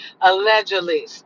Allegedly